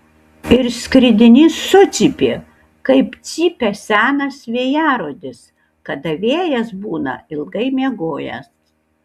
ir skridinys sucypė kaip cypia senas vėjarodis kada vėjas būna ilgai miegojęs